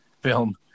film